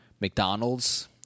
McDonald's